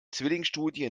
zwillingsstudie